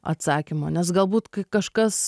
atsakymo nes galbūt kai kažkas